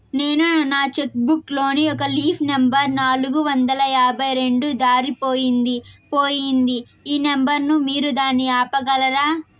నేను నా cheque book లోని ఒక లీఫ్ నెంబర్ నాలుగు వందల యాభై రెండు దారిపొయింది పోయింది ఈ నెంబర్ ను మీరు దాన్ని ఆపగలరా?